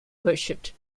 worshiped